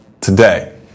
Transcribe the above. today